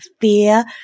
fear